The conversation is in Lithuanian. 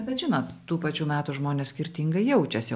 bet žinot tų pačių metų žmonės skirtingai jaučiasi